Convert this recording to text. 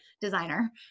designer